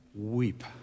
weep